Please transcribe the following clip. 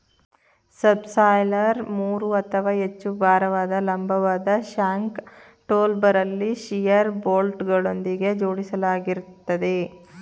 subsoiler ಮೂರು ಅಥವಾ ಹೆಚ್ಚು ಭಾರವಾದ ಲಂಬವಾದ ಶ್ಯಾಂಕ್ ಟೂಲ್ಬಾರಲ್ಲಿ ಶಿಯರ್ ಬೋಲ್ಟ್ಗಳೊಂದಿಗೆ ಜೋಡಿಸಲಾಗಿರ್ತದೆ